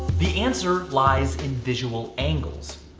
the answer lies in visual angles.